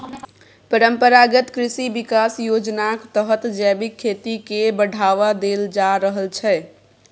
परंपरागत कृषि बिकास योजनाक तहत जैबिक खेती केँ बढ़ावा देल जा रहल छै